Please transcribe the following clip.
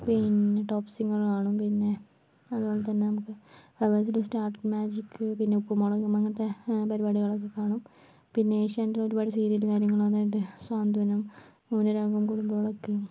പിന്നെ top singer കാണും പിന്നെ അതുപോലെത്തന്നെ നമുക്ക് ഫ്ലവേർസിൽ സ്റ്റാർ മാജിക് പിന്നെ ഉപ്പും മുളകും അങ്ങനത്തെ പരിപാടികളൊക്കെ കാണും പിന്നെ ഏഷ്യാനെറ്റിൽ ഒരുപാട് സീരിയലും കാര്യങ്ങളും കാണും അതായത് സാന്ത്വനം മൗനരാഗം കുടുംബവിളക്ക്